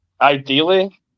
Ideally